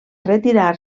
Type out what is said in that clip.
retirar